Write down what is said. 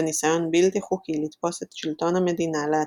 וניסיון בלתי חוקי לתפוס את שלטון המדינה לעצמם”.